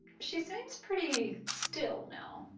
she seems pretty still, now.